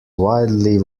wildly